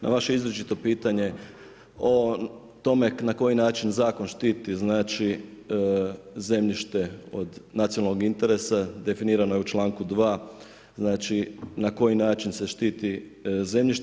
Na vaše izričito pitanje o tome na koji način zakon štiti znači zemljište od nacionalnog interesa definirano je u članku 2., znači na koji način se štiti zemljište.